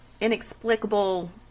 inexplicable